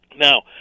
Now